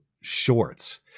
shorts